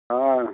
ஆ